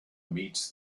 meets